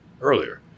earlier